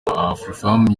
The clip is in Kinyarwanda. afrifame